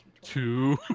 Two